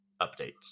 updates